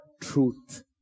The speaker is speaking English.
truth